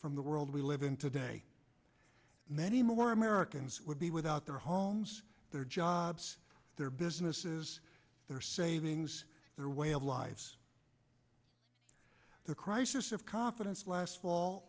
from the world we live in today many more americans would be without their homes their jobs their businesses their savings their way of lives the crisis of confidence last fall